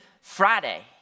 Friday